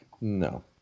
no